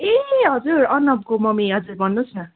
ए हजुर अर्नवको मम्मी हजुर भन्नुहोस् न